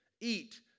Eat